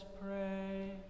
pray